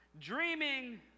Dreaming